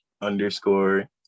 underscore